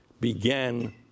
began